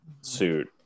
suit